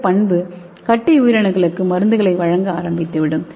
இந்த பண்பு கட்டிஉயிரணுக்களுக்கு மருந்துகளை வழங்க ஆரம்பித்துவிடும்